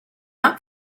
not